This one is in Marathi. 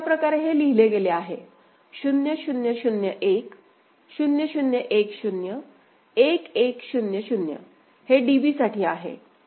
अशा प्रकारे हे लिहिले गेले आहे0 0 0 1 0 0 1 0 1 1 0 0 हे DB साठी आहे